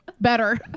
better